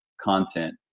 content